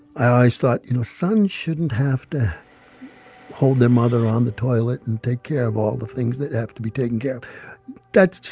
i always thought, you know, sons shouldn't have to hold their mother on the toilet and take care of all the things that have to be taken care of.